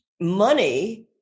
money